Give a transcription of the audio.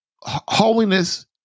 holiness